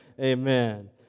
Amen